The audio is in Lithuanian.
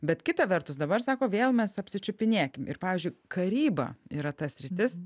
bet kita vertus dabar sako vėl mes apsičiupinėkim ir pavyzdžiui karyba yra ta sritis